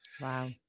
Wow